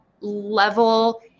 level